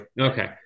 Okay